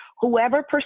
Whoever